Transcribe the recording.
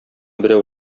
берәү